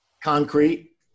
Concrete